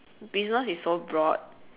business is so broad